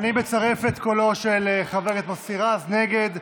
אני מצרף את קולו של חבר הכנסת מוסי רז נגד.